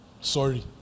Sorry